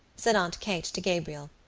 said aunt kate to gabriel.